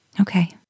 Okay